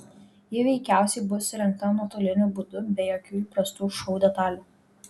ji veikiausiai bus surengta nuotoliniu būdu be jokių įprastų šou detalių